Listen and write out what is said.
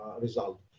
result